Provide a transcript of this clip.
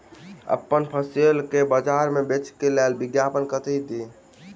अप्पन फसल केँ बजार मे बेच लेल विज्ञापन कतह दी?